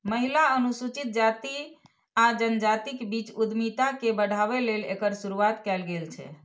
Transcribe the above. महिला, अनुसूचित जाति आ जनजातिक बीच उद्यमिता के बढ़ाबै लेल एकर शुरुआत कैल गेल छै